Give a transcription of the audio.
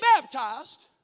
baptized